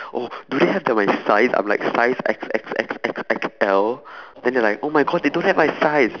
oh do they have the my size I'm like size X X X X X L then they're like oh my god they don't have my size